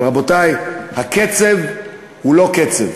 אבל, רבותי, הקצב הוא לא קצב.